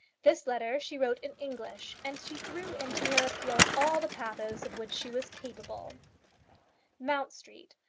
this letter she wrote in english, and she threw into her appeal all the pathos of which she was capable mount street,